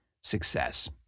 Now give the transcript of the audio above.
success